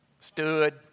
stood